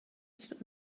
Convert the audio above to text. nicht